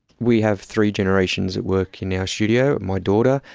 we have three generations at work in our studio my daughter,